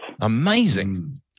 Amazing